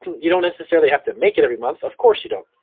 you don't necessarily have to make it every month, of course you don't.